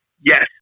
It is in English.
yes